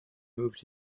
moved